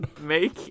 Make